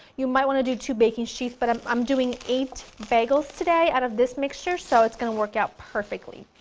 you might want to do two baking sheets, but i'm i'm doing eight bagels to day out of this mixture so it's going to work out perfectly.